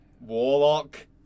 Warlock